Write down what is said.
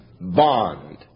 bond